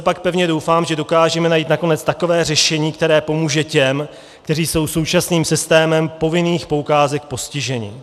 Za sebe pak pevně doufám, že dokážeme najít nakonec takové řešení, které pomůže těm, kteří jsou současným systémem povinných poukázek postiženi.